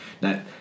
Now